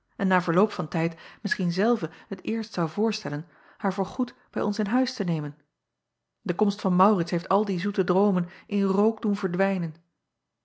en na verloop van tijd misschien zelve het eerst zou voorstellen haar voorgoed bij ons in huis te nemen de komst van aurits heeft al die zoete droomen in rook doen verdwijnen